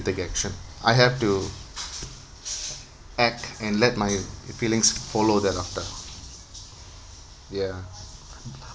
take action I have to act and let my feelings follow that after ya